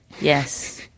Yes